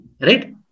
right